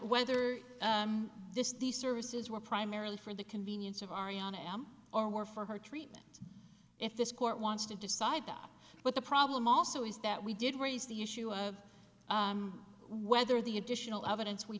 whether this these services were primarily for the convenience of aryan am or were for her treatment if this court wants to decide that but the problem also is that we did raise the issue of whether the additional evidence we